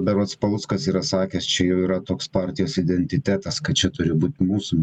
berods paluckas yra sakęs čia jau yra toks partijos identitetas kad čia turi būt mūsų